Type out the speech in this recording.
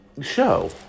show